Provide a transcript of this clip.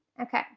Okay